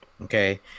okay